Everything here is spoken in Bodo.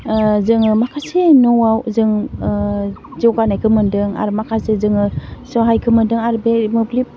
जोङो माखासे न'वाव जों जौगानायखौ मोन्दों आरो माखासे जोङो सहायखौ मोनदों आरो बे मोब्लिब